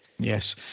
Yes